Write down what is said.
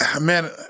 man